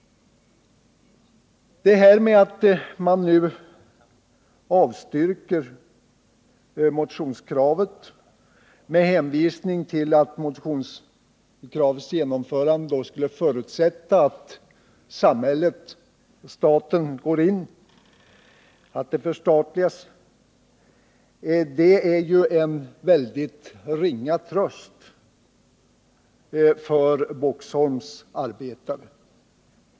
Utskottets avstyrkande av motionskraven med hänvisning till att deras genomförande skulle förutsätta att verket förstatligas är en ringa tröst för Boxholms arbetare.